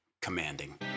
commanding